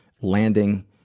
landing